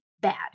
bad